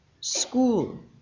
school